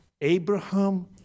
Abraham